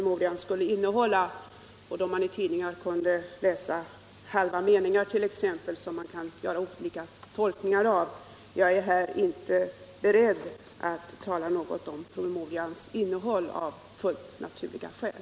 Man kunde t.ex. i tidningar läsa halva meningar som kunde tolkas på olika sätt. Jag är här av fullt naturliga skäl inte beredd att säga något om promemorians innehåll.